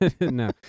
No